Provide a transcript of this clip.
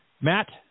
Matt